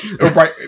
Right